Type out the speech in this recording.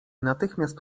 natychmiast